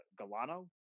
Galano